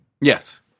yes